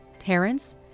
Terrence